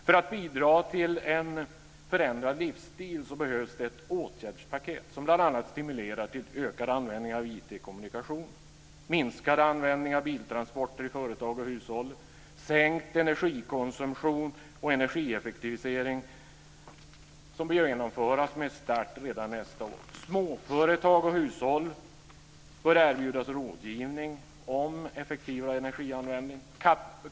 För att bidra till en förändrad livsstil behövs ett åtgärdspaket som bl.a. stimulerar till ökad användning av IT-kommunikation, minskad användning av biltransporter i företag och hushåll, sänkt energikonsumtion och en energieffektivisering som bör genomföras med start redan nästa år. Småföretag och hushåll bör erbjudas rådgivning om effektivare energianvändning.